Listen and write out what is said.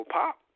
pop